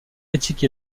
éthiques